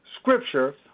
scripture